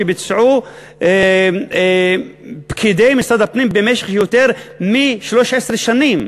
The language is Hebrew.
של פקידי משרד הפנים במשך יותר מ-13 שנים.